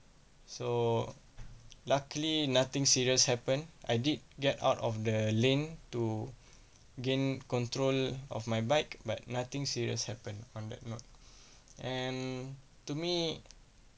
so luckily nothing serious happened I did get out of the lane to gain control of my bike but nothing serious happened on that note and to me